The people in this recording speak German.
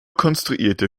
konstruierte